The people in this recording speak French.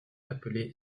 appelé